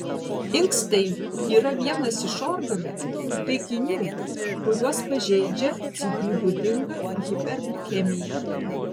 inkstai yra vienas iš organų taikinių kuriuos pažeidžia cd būdinga hiperglikemija